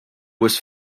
was